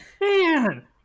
man